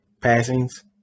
passings